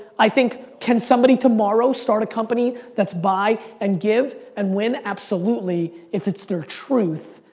i think can somebody tomorrow start a company that's buy and give and win? absolutely, if it's their truth.